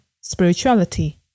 spirituality